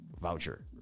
voucher